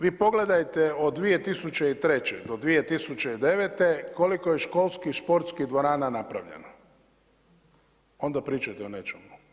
Vi pogledajte od 2003. do 2009. koliko je školskih športskih dvorana napravljeno, onda pričajte o nečemu.